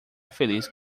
feliz